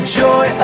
joy